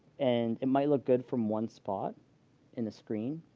and it might look good from one spot in the screen,